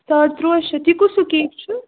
ساڑ تُرٛواہ شَتھ یہِ کُس ہیٛوٗ کیک چھُ